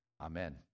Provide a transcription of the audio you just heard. amen